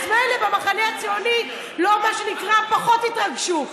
אז מילא, במחנה הציוני, מה שנקרא, פחות התרגשו.